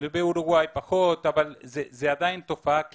באורוגואי פחות, אבל זו עדיין תופעה כללית.